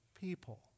people